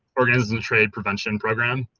organism trade prevention program,